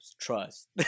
trust